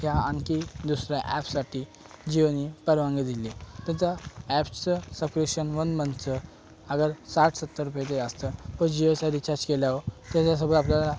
या आणखी दुसऱ्या ॲपसाठी जिओनी परवानगी दिली त्याचं ॲपचं सबस्क्रिप्शन वन मंथचं अगर साठ सत्तर रुपयाचं असतं तर जिओचं रिचार्ज केल्याव त्याच्यासोबत आपल्याला